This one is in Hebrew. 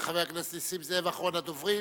חבר הכנסת נסים זאב, אחרון הדוברים,